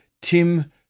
Tim